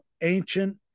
ancient